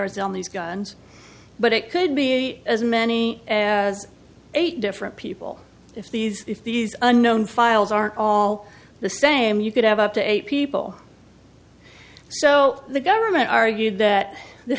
are these guns but it could be as many as eight different people if these if these unknown files are all the same you could have up to eight people so the government argued that th